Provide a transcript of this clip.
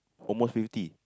almost fifty